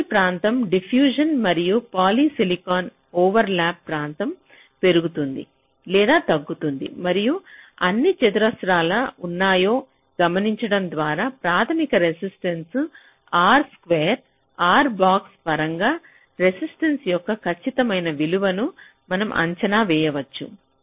channel ప్రాంతం diffusion మరియు polysilicon overlap ప్రాంతం పెరుగుతుంది లేదా తగ్గుతుంది మరియు ఎన్ని చతురస్రాలు ఉన్నాయో గమనించడం ద్వారా ప్రాథమిక రెసిస్టెన్స్ R స్క్వేర్ R⧠ పరంగా రెసిస్టెన్స యొక్క ఖచ్చితమైన విలువను మనం అంచనా వేయవచ్చు